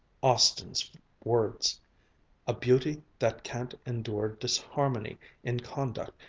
austin's words a beauty that can't endure disharmony in conduct,